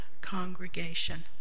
congregation